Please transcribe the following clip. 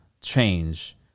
change